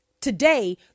today